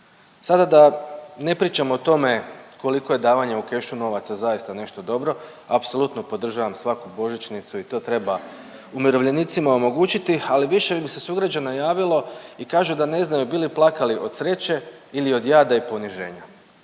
Sada da ne pričam o tome koliko je davanja u kešu novaca zaista nešto dobro, apsolutno podržavam svaku božićnicu i to treba umirovljenicima omogućiti, ali više mi se sugrađana javilo i kažu da ne znaju bi li plakali od sreće ili od jada i poniženja.